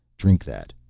drink that.